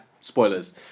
Spoilers